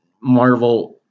Marvel